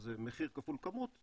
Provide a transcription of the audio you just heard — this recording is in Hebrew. שזה מחיר כפול כמות,